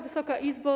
Wysoka Izbo!